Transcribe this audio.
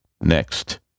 Next